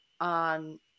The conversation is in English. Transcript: on